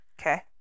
Okay